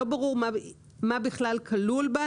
לא ברור מה בכלל כלול בה.